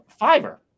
fiverr